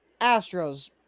Astros